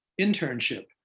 internship